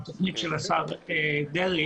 התוכנית השר דרעי,